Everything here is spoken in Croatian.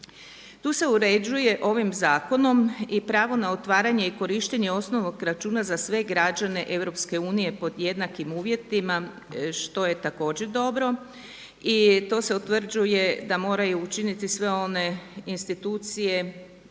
Tu se uređuje ovim zakonom i pravo na otvaranje i korištenje osnovnog računa za sve građane EU pod jednakim uvjetima što je također dobro i to se utvrđuje da moraju učiniti sve one institucije